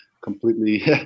completely